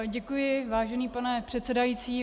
Děkuji, vážený pane předsedající.